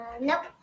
nope